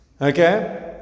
okay